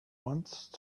once